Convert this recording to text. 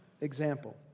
example